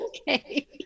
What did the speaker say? okay